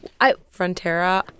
Frontera